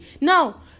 Now